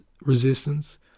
resistance